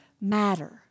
matter